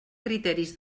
criteris